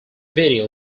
video